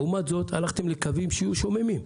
לעומת זאת הלכתם לקווים שיהיו שוממים,